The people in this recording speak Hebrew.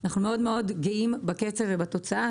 אנחנו מאוד מאוד גאים בקצב ובתוצאה.